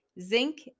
zinc